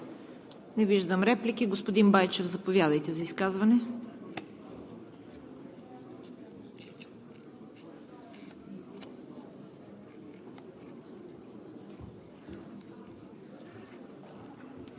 Не виждам. Господин Байчев, заповядайте за изказване.